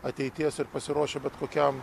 ateities ir pasiruošę bet kokiam